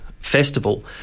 Festival